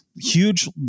huge